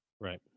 Right